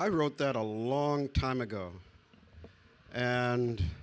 i wrote that a long time ago and